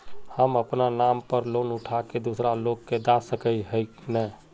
हम अपना नाम पर लोन उठा के दूसरा लोग के दा सके है ने